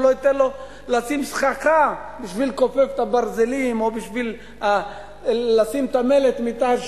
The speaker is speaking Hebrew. הוא לא ייתן לו לשים סככה כדי לכופף את הברזלים או לשים את המלט מתחת.